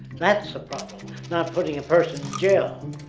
that's the problem. not putting a person in jail.